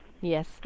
yes